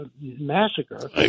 massacre